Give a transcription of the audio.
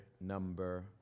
number